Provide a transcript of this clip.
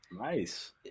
Nice